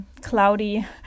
cloudy